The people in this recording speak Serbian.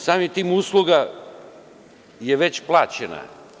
Samim tim usluga je već plaćena.